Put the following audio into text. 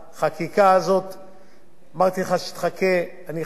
אמרתי לך שתחכה, אני אחכה לממשלה, חיכיתי לממשלה,